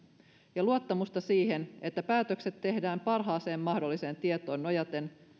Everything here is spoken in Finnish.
ja luottamusta siihen että päätökset tehdään parhaaseen mahdolliseen tietoon nojaten